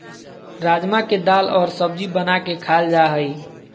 राजमा के दाल और सब्जी बना के खाल जा हइ